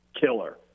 killer